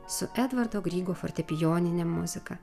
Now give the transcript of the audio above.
su edvardo grygo fortepijonine muzika